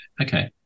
Okay